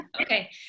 okay